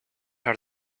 are